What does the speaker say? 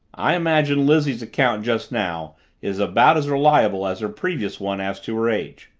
i imagine lizzie's account just now is about as reliable as her previous one as to her age,